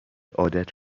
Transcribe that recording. عادت